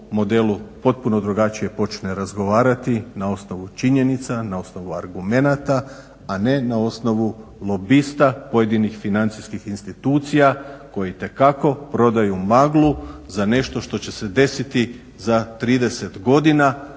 modelu potpuno drugačije počne razgovarati na osnovu činjenica, na osnovu argumenata, a ne na osnovu lobista pojedinih financijskih institucija koji itekako prodaju maglu za nešto što će se desiti za 30 godina,